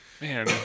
Man